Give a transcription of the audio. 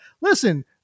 Listen